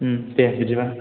दे बिदिबा